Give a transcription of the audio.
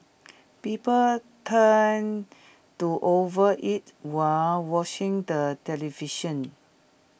people tend to overeat while watching the television